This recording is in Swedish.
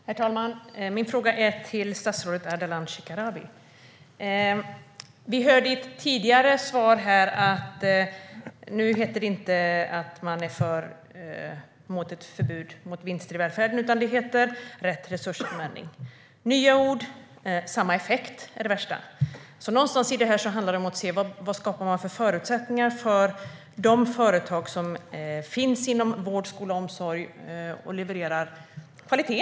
Herr talman! Jag ställer min fråga till statsrådet Ardalan Shekarabi. Som vi hörde i ett tidigare svar här heter det inte att man är för ett förbud mot vinster i välfärden. Nu heter det rätt resursanvändning. Det är nya ord men samma effekt, och det är det värsta. Det här handlar om att se vad man skapar för förutsättningar för de företag som finns inom vård, skola och omsorg och som levererar kvalitet.